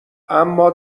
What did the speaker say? اما